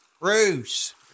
Bruce